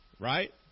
Right